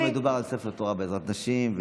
מדובר על ספר תורה בעזרת הנשים,